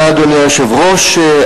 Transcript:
אדוני היושב-ראש,